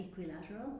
equilateral